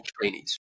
trainees